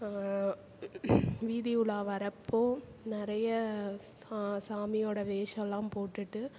வீதி உலா வரப்போ நிறைய சா சாமியோட வேஷலாம் போட்டுட்டு